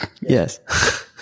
Yes